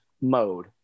mode